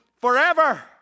forever